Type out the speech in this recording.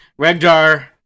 Regdar